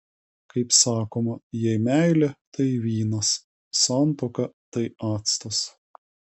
kaip sakoma jei meilė tai vynas santuoka tai actas